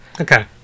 okay